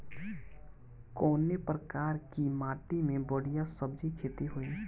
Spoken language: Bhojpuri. कवने प्रकार की माटी में बढ़िया सब्जी खेती हुई?